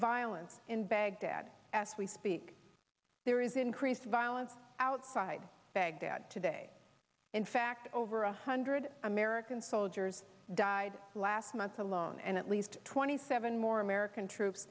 violence in baghdad as we speak there is increased violence outside baghdad today in fact over a hundred american soldiers died last last month alone and at least twenty seven more american troops